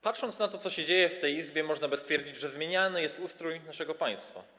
Patrząc na to, co się dzieje w tej Izbie, można by stwierdzić, że zmieniany jest ustrój naszego państwa.